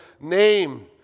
name